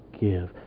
give